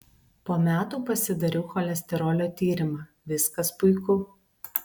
po metų pasidariau cholesterolio tyrimą viskas puiku